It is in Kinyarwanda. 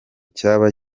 cyaba